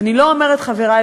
ואני לא אומרת חברי,